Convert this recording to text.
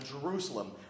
Jerusalem